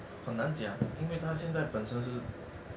很难讲因为它现在本身是